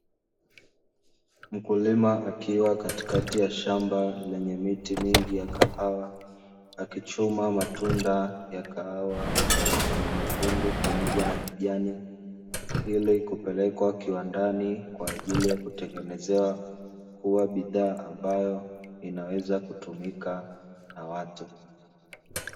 Mkulima akiwa katikati ya shamba lenye miti mingi ya kahawa, akichuma matunda ya kahawa ya rangi nyekundu pamoja na kijani, ili kupelekwa kiwandani kwa ajili ya kutengenezewa, kuwa bidhaa ambayo inaweza kutumika na watu.